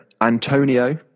Antonio